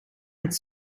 met